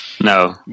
no